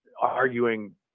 arguing